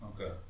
Okay